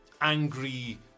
angry